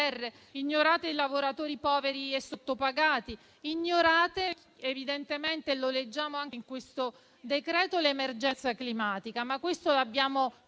ignorate i lavoratori poveri e sottopagati, ignorate evidentemente - lo leggiamo anche in questo decreto - l'emergenza climatica. Questo l'abbiamo